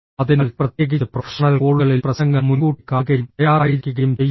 അതിനാൽ പ്രത്യേകിച്ച് പ്രൊഫഷണൽ കോളുകളിൽ പ്രശ്നങ്ങൾ മുൻകൂട്ടി കാണുകയും തയ്യാറായിരിക്കുകയും ചെയ്യുക